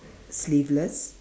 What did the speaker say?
sleeveless